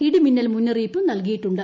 ഇടി മിന്നൽ മുന്നറിയിപ്പും നൽകിയിട്ടുണ്ട്